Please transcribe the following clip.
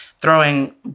throwing